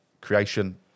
creation